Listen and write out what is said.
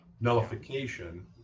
nullification